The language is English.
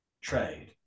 trade